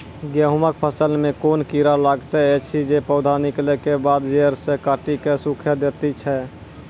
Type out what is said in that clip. गेहूँमक फसल मे कून कीड़ा लागतै ऐछि जे पौधा निकलै केबाद जैर सऽ काटि कऽ सूखे दैति छै?